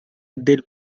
del